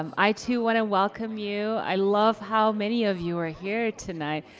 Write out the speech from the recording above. um i, too, want to welcome you. i love how many of you are here tonight.